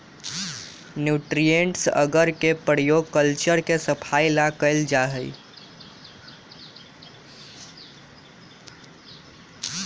nutrients अगर के प्रयोग कल्चर के सफाई ला कइल जाहई